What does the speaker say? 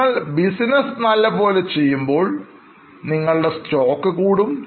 നിങ്ങൾ ബിസിനസ് നല്ലപോലെ ചെയ്യുമ്പോൾ നിങ്ങളുടെ സ്റ്റോക്ക് കൂടും